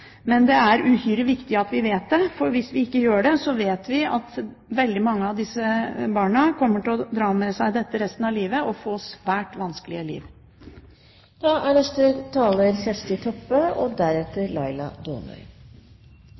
men det er uhyre viktig at vi vet det, for hvis vi ikke gjør det, kommer veldig mange av disse barna til å dra dette med seg resten av livet og få det svært vanskelig. Som mange andre har sagt før i debatten, er